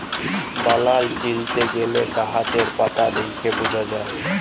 বালাই চিলতে গ্যালে গাহাচের পাতা দ্যাইখে বুঝা যায়